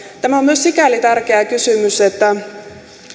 tämä on myös sikäli tärkeä kysymys että